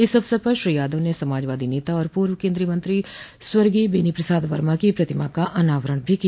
इस अवसर पर श्री यादव ने समाजवादी नेता और पूर्व केन्द्रीय मंत्री स्वर्गीय बेनी प्रसाद वर्मा की प्रतिमा का अनावरण भी किया